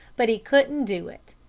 but he couldn't do it.